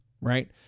right